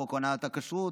חוק הונאה בכשרות,